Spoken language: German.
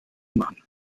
machen